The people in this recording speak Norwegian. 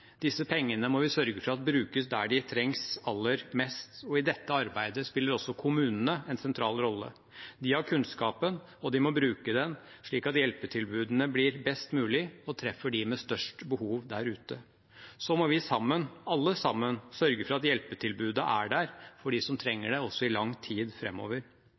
Disse pengene må vi sørge for at brukes der de trengs aller mest, og i dette arbeidet spiller også kommunene en sentral rolle. De har kunnskapen, og de må bruke den slik at hjelpetilbudene blir best mulig og treffer dem med størst behov der ute. Så må vi sammen, alle sammen, sørge for at hjelpetilbudet er der for dem som trenger det også i lang tid